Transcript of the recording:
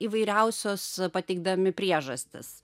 įvairiausios pateikdami priežastis